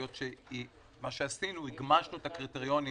היות שהגמשנו את הקריטריונים